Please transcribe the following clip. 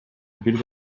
бир